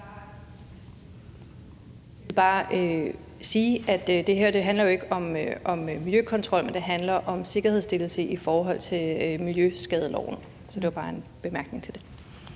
Jeg vil bare sige, at det her jo ikke handler om miljøkontrol, men om sikkerhedsstillelse i forhold til miljøskadeloven. Så det var bare en bemærkning til det.